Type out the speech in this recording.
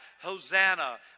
Hosanna